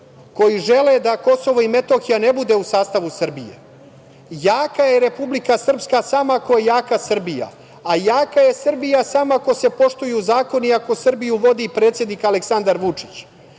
koji žele da Kosovo i Metohija ne bude u sastavu Srbije. Jaka je Republika Srpska samo ako je jaka Srbija, a jaka je Srbija samo ako se poštuju zakoni, i ako Srbiju vodi predsednik Aleksandar Vučić.